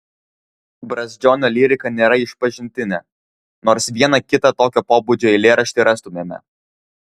brazdžionio lyrika nėra išpažintinė nors vieną kitą tokio pobūdžio eilėraštį rastumėme